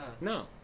No